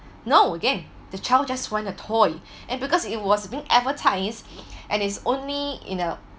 no again the child just want a toy and because it was being advertise and is only you know